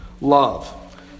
love